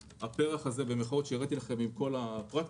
ה"פרח" הזה שהראיתי לכם עם כל הפרקטיקות.